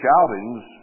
shoutings